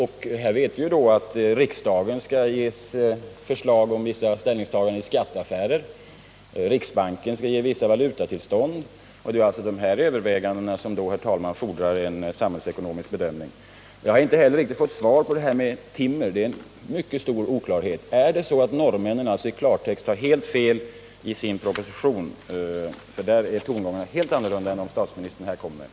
Vi vet att riksdagen skall avge förslag om ställningstaganden i vissa skatteaffärer och att riksbanken skall ge vissa valutatillstånd. Dessa överväganden, herr talman, fordrar alltså en samhällsekonomisk bedömning. Jag har inte fått något riktigt svar på min fråga, huruvida leveranser av timmer är att se som en förutsättning för oljeleveranser. Är det i klartext så att norrmännen har helt fel i sin proposition? Där är det helt andra tongångar än i det svar som statsministern här kommer med.